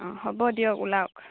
অঁ হ'ব দিয়ক ওলাওক